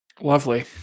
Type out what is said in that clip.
Lovely